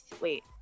wait